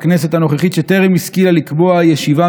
לכנסת הנוכחית שטרם השכילה לקבוע ישיבה